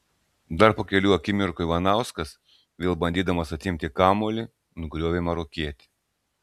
dar po kelių akimirkų ivanauskas vėl bandydamas atimti kamuolį nugriovė marokietį